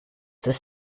this